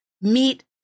meet